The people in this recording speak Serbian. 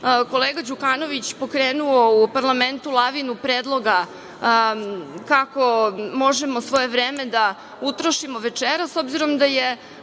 kolega Đukanović pokrenuo u parlamentu lavinu predloga kako možemo svojevremeno da utrošimo večeras, s obzirom da je